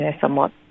somewhat